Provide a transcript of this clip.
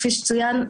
כפי שצוין,